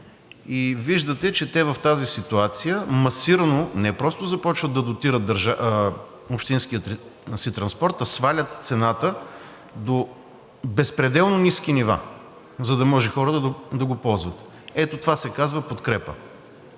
И виждате, че те в тази ситуация масирано не просто започват да дотират общинския си транспорт, а свалят цената до безпределно ниски нива, за да може хората да го ползват. Ето това се казва подкрепа.